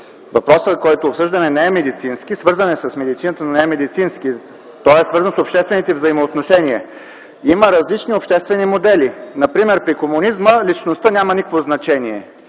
въпросът, който обсъждаме не е медицински. Свързан е с медицината, но не е медицински. Той е свързан с обществените взаимоотношения. Има различни обществени модели. Например при комунизма личността няма никакво значение.